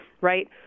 Right